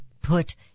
put